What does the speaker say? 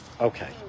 okay